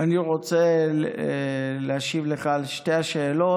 אני רוצה להשיב לך על שתי השאלות